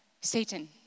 Satan